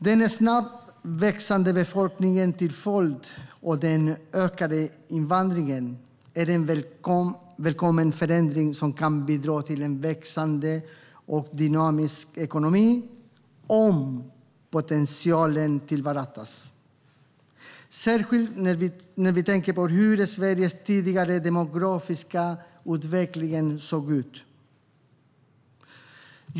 Den snabbt växande befolkningen till följd av den ökade invandringen är en välkommen förändring som kan bidra till en växande och dynamisk ekonomi om potentialen tillvaratas, särskilt med tanke på hur Sveriges demografiska utveckling har sett ut.